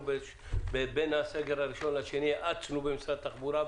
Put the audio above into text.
אנחנו בין הסגר הראשון לשני האצנו במשד התחבורה,